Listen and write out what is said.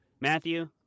Matthew